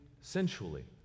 sensually